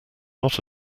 not